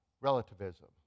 relativism